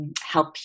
help